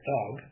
Dog